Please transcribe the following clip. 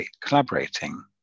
collaborating